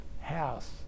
house